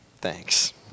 Thanks